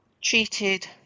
treated